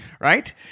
right